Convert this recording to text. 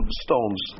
stones